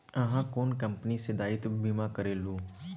अहाँ कोन कंपनी सँ दायित्व बीमा करेलहुँ